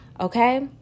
okay